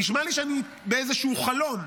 נשמע לי שאני באיזשהו חלום,